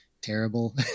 terrible